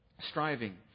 striving